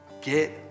Get